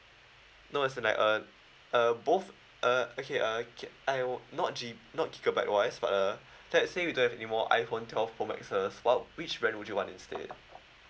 no as in like uh uh both uh okay uh can I not G not gigabyte wise but uh let's say we don't have any more iphone twelve pro maxs what which brand would you want instead